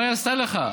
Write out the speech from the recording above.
מה היא עשתה לך?